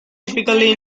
typically